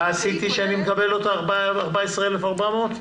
מה עשיתי כדי שיוטל עליי קנס של 14,400 שקלים?